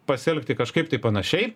pasielgti kažkaip tai panašiai